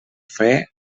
fer